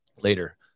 later